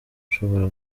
ushobora